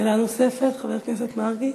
שאלה נוספת לחבר הכנסת מרגי.